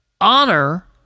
honor